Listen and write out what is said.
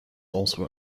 also